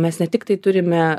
mes ne tiktai turime